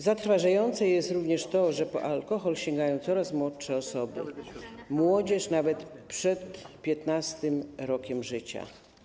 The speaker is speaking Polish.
Zatrważające jest również to, że po alkohol sięgają coraz młodsze osoby, młodzież nawet przed 15. rokiem życia.